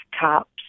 cops